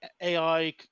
AI